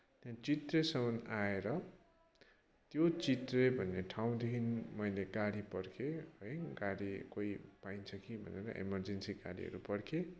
त्यहाँ चित्रेसम्म आएर त्यो चित्रे भन्ने ठाउँदेखि मैले गाडी पर्खेँ है गाडी कोही पाइन्छ कि भनेर एमर्जेन्सी गाडीहरू पर्खेँ